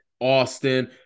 Austin